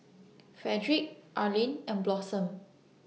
Fredrick Arlin and Blossom